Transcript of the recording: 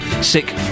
sick